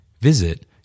Visit